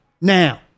now